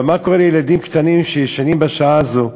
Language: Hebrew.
אבל מה קורה לילדים קטנים שישנים בשעה הזאת?